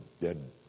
dead